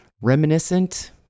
reminiscent